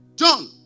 John